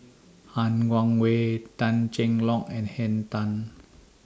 Han Guangwei Tan Cheng Lock and Henn Tan